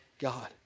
God